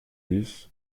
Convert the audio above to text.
dix